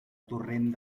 torrent